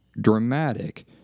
dramatic